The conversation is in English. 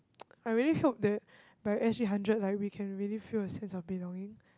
I really hope that by S_G hundred like we can really feel a sense of belonging